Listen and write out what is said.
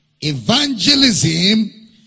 Evangelism